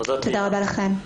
תודה רבה לכם.